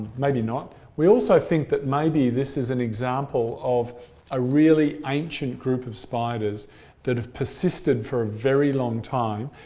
may be not. we also think that may be this is an example of a really ancient ancient group of spiders that have persisted for a very long time,